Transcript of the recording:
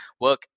work